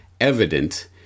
evident